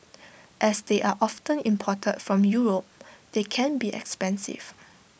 as they are often imported from Europe they can be expensive